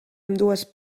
ambdues